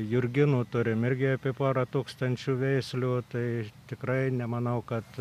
jurginų turim irgi apie porą tūkstančių veislių tai tikrai nemanau kad